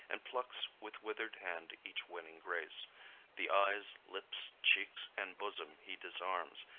and plucks with wither'd hand each winning grace the eyes, lips, cheeks, and bosom he disarms,